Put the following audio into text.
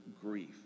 grief